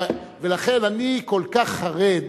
ולכן אני כל כך חרד.